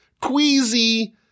queasy